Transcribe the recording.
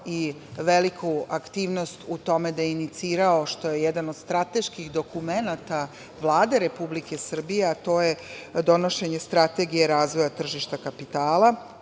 i veliku aktivnost u tome da je inicirao, što je jedan od strateških dokumenata Vlade Republike Srbije, donošenje Strategije razvoja tržišta kapitala,